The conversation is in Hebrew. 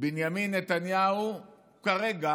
בנימין נתניהו כרגע